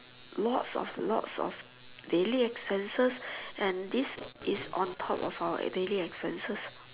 lots of lots of daily expenses and this is on top of our daily expenses